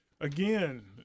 Again